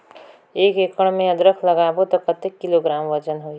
एक एकड़ मे अदरक लगाबो त कतेक किलोग्राम वजन होही?